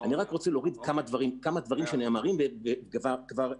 אבל אני רוצה להוריד כמה דברים שנאמרו והם מכעיסים.